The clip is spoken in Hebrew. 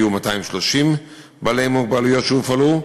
היו 230 בעלי מוגבלויות שהופעלו,